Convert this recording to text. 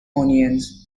onions